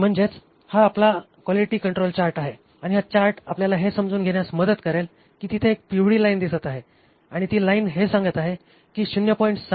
तर म्हणजेच हा आपला क्वालिटी कंट्रोल चार्ट आहे आणि हा चार्ट आपल्याला हे समजून घेण्यात मदत करेल की तिथे एक पिवळी लाईन दिसत आहे आणि ती लाईन हे सांगत आहे की ०